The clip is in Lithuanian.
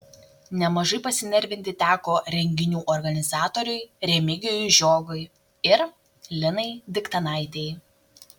nemažai pasinervinti teko renginių organizatoriui remigijui žiogui ir linai diktanaitei